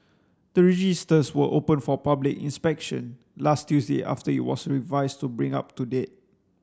the registers were opened for public inspection last Tuesday after it was revised to bring it up to date